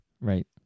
Right